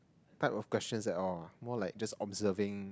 type of questions at all more like just observing